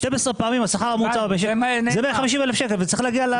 12 פעמים השכר הממוצע במשק הוא 150,000 ₪.